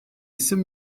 isim